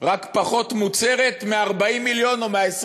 רק פחות מוצהרת מב-40 מיליון או מה-20